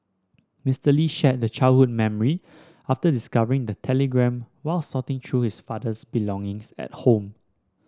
Mister Lee shared the childhood memory after discovering the telegram while sorting through his father's belongings at home